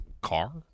Car